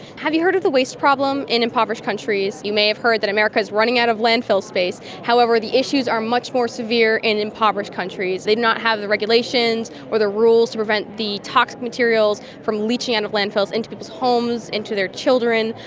have you heard of the waste problem in impoverished countries? you may have heard that america is running out of landfill space. however, the issues are much more severe in impoverished countries. they do not have the regulations or the rules to prevent the toxic materials from leaching out and of landfills into people's homes, into their children.